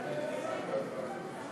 יש לך כאן אולי את הצעת החוק?